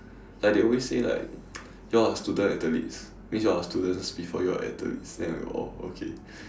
like they always say like you are all student athletes means you are students before you all are athletes then we like oh okay